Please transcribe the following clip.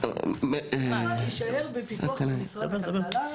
הוא יישאר בפיקוח משרד הכלכלה.